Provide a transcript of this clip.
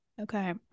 Okay